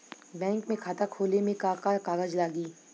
Bank में खाता खोले मे का का कागज लागी?